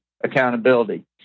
accountability